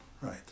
Right